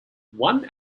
one